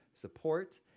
support